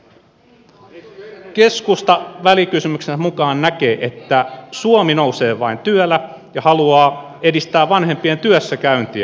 keskusta välikysymyksensä mukaan näkee että suomi nousee vain työllä ja haluaa edistää vanhempien työssäkäyntiä